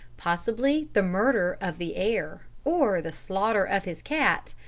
possibly the murder of the heir, or the slaughter of his cat,